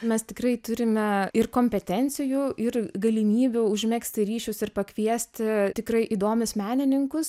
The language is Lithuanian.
mes tikrai turime ir kompetencijų ir galimybių užmegzti ryšius ir pakviesti tikrai įdomius menininkus